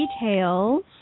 details